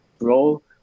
role